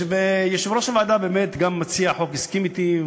ויושב-ראש הוועדה באמת, גם מציע החוק הסכים אתי.